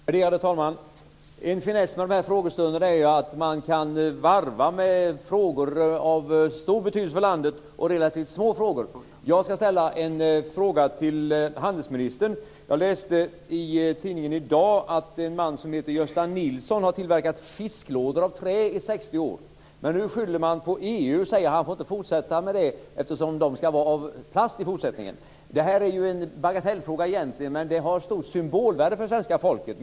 Värderade talman! En finess med de här frågestunderna är att man kan varva frågor av stor betydelse för landet med relativt små frågor. Jag skall ställa en fråga till handelsministern. Jag läste i en tidning i dag att en man som heter Gösta Nilsson har tillverkat fisklådor av trä i 60 år. Nu säger man att han inte får fortsätta med detta och hänvisar till att de enligt EU i fortsättningen skall vara tillverkade av plast. Det här är egentligen en bagatellfråga, men den har stort symbolvärde för svenska folket.